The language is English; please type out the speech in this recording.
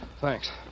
Thanks